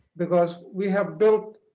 because we have built